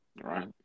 right